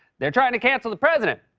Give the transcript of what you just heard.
they're trying to cancel the president.